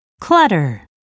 clutter